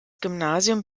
gymnasium